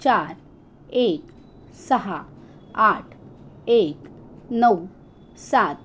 चार एक सहा आठ एक नऊ सात